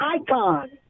icon